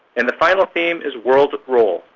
and the final theme is world role,